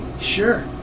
Sure